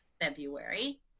February